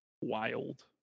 wild